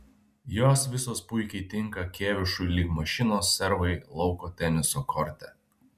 jos visos puikiai tinka kėvišui lyg mašinos servai lauko teniso korte